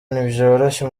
ntibyoroshye